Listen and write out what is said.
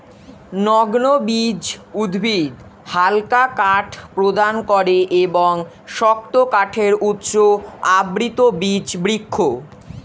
নগ্নবীজ উদ্ভিদ হালকা কাঠ প্রদান করে এবং শক্ত কাঠের উৎস আবৃতবীজ বৃক্ষ